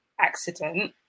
accident